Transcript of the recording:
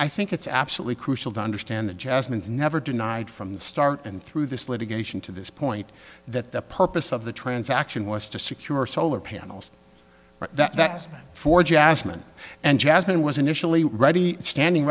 i think it's absolutely crucial to understand the jasmines never denied from the start and through this litigation to this point that the purpose of the transaction was to secure solar panels that was for jasmine and jasmine was initially ready standing